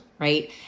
right